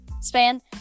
span